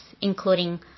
including